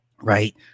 right